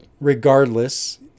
Regardless